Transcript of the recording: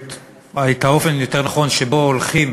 או את האופן, יותר נכון, שבו הולכים